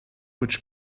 which